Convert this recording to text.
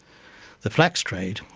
the flax trade,